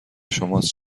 شماست